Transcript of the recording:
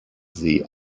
see